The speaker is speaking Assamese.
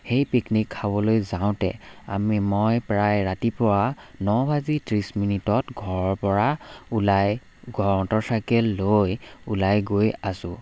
সেই পিকনিক খাবলৈ যাওঁতে আমি মই প্ৰায় ৰাতিপুৱা ন বাজি ত্ৰিছ মিনিটত ঘৰৰ পৰা ওলাই মটৰচাইকেল লৈ ওলাই গৈ আছো